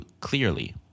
clearly